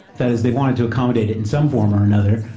that is, they wanted to accommodate it in some for or another,